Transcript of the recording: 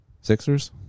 Sixers